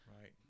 Right